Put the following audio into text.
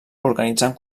organitzant